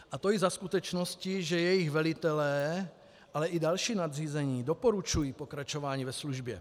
A to i za skutečnosti, že jejich velitelé, ale i další nadřízení doporučují pokračování ve službě.